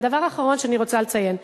הדבר האחרון שאני רוצה לציין,